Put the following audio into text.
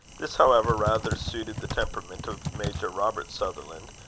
this, however, rather suited the temperament of major robert sutherland,